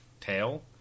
tail